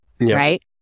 right